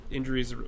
injuries